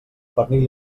pernil